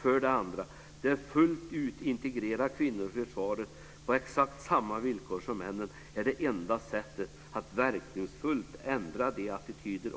För det andra: Att fullt ut integrera kvinnorna i försvaret på exakt samma villkor som männen är det enda sättet att verkningsfullt ändra de attityder